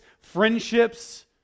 friendships